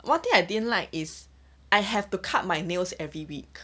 one thing I didn't like is I have to cut my nails every week